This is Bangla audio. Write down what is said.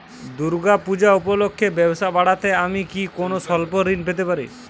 দূর্গা পূজা উপলক্ষে ব্যবসা বাড়াতে আমি কি কোনো স্বল্প ঋণ পেতে পারি?